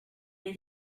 mir